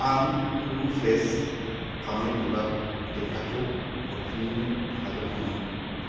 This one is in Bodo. आं हुवु फ्रेश फामे बिबार देन्थाखौ हरफिन्नो हागोन नामा